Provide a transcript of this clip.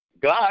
God